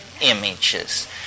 images